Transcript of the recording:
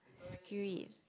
screw it